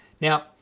Now